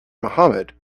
mohammad